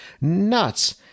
nuts